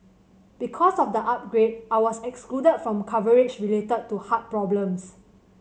because of the upgrade I was excluded from coverage related to heart problems